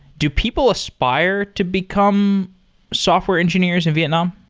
do people aspire to become software engineers in vietnam?